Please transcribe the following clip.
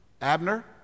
Abner